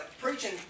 preaching